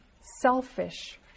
selfish